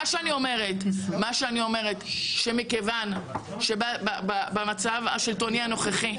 מה שאני אומרת הוא שמכיוון שבמצב השלטוני הנוכחי,